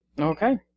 Okay